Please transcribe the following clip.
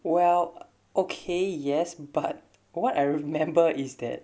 well okay yes but what I remember is that